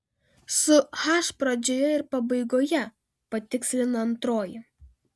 su h pradžioje ir pabaigoje patikslina antroji